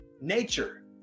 nature